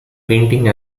painting